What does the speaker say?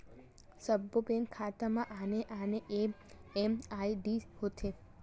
सब्बो बेंक खाता म आने आने एम.एम.आई.डी होथे